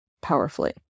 powerfully